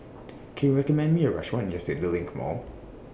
Can YOU recommend Me A Restaurant near CityLink Mall